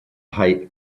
height